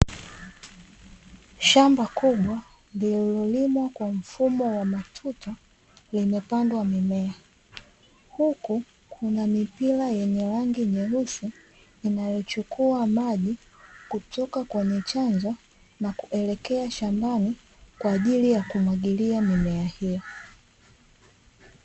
Shamba kubwa lililolimwa kwa mfumo wa matuta, limepandwa mimea, huku kuna mipira ya rangi nyeusi inayochukua maji kutoka kwenye chanzo na kuelekea shambani kwa ajili ya kumwagilia mimea hiyo.